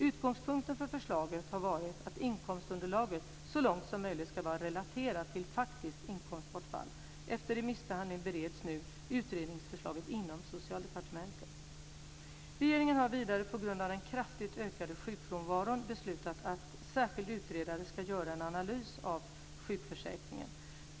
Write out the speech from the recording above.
Utgångspunkten för förslaget har varit att inkomstunderlaget så långt som möjligt ska vara relaterat till faktiskt inkomstbortfall. Efter remissbehandling bereds nu utredningsförslagen inom Socialdepartementet. Regeringen har vidare på grund av den kraftigt ökade sjukfrånvaron beslutat att en särskild utredare ska göra en analys av sjukförsäkringen .